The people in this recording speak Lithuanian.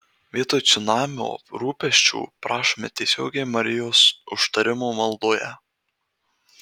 vietoj cunamio rūpesčių prašome tiesiog marijos užtarimo maldoje